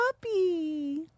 puppy